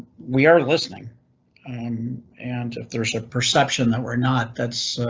we are listening um, and if there's a perception that were not that's,